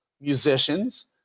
musicians